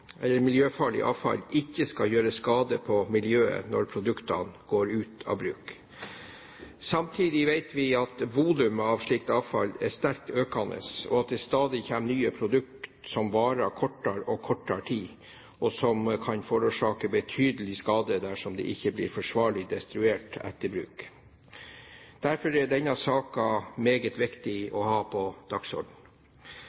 avfall ikke skal gjøre skade på miljøet når produktene går ut av bruk. Samtidig vet vi at volumet av slikt avfall er sterkt økende, og at det stadig kommer nye produkter som varer kortere og kortere tid, og som kan forårsake betydelig skade dersom det ikke blir forsvarlig destruert etter bruk. Derfor er denne saken meget viktig